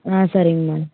ஆ சரிங்கம்மா